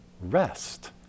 rest